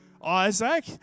Isaac